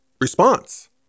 response